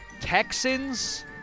Texans